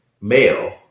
male